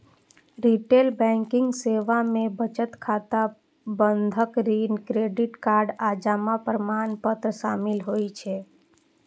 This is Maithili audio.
रिटेल बैंकिंग सेवा मे बचत खाता, बंधक, ऋण, क्रेडिट कार्ड आ जमा प्रमाणपत्र शामिल होइ छै